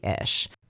ish